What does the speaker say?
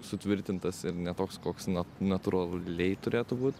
sutvirtintas ir ne toks koks nuo natūraliai turėtų būti